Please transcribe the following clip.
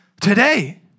today